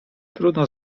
trudno